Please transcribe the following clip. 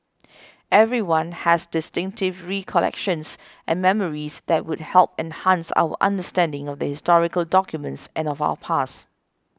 everyone has distinctive recollections and memories that would help enhance our understanding of the historical documents and of our past